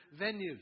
venues